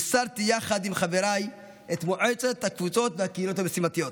ייסדתי יחד עם חבריי את מועצת הקבוצות והקהילות המשימתיות,